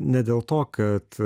ne dėl to kad